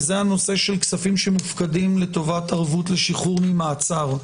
וזה הנושא של כספים שמופקדים לטובת ערבות לשחרור ממעצר.